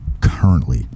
currently